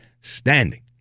standing